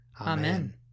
Amen